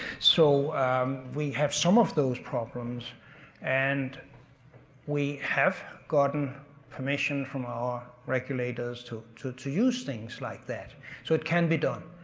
so we have some of those problems and we have gotten permission from our regulators to to use things like that so it can be done.